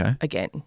again